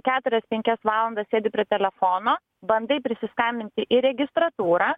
keturias penkias valandas sėdi prie telefono bandai prisiskambinti į registratūrą